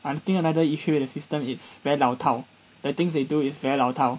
I think another issue with the system it's very 老套 the things they do is very 老套